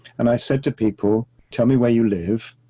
and i said to people, tell me where you live,